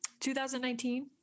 2019